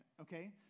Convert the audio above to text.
okay